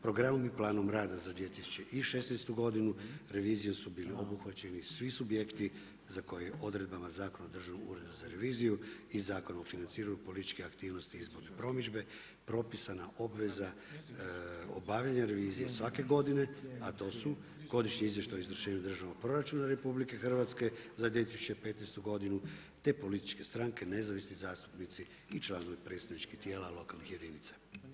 Programom i planom rada za 2016. godinu, revizijom su bili obuhvaćeni svi subjekti za koje je odredbama Zakona Državnog ureda za reviziju i Zakona o financiranju političke aktivnosti i izborne promidžbe, propisana obveza obavljanja revizije svake godine, a to su godišnji izvještaji o izvršenju državnog proračuna RH za 2015. godinu te političke stranke, nezavisni zastupnici članovi predstavničkih lokalnih jedinica.